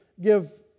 give